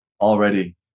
already